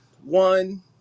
One